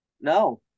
No